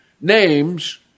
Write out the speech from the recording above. names